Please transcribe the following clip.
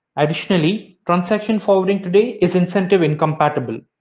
additionally, transaction forwarding today is incentive incompatible.